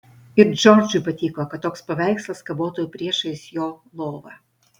ir džordžui patiko kad toks paveikslas kabotų priešais jo lovą